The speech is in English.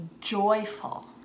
joyful